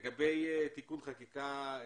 לגב תיקון חקיקה,